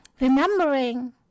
Remembering